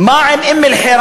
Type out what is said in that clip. מה עם אום-אלחיראן,